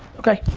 okay,